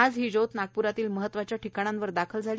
आज ही ज्योत नागपूरातील महत्वाच्या ठिकाणांवर दाखल झाली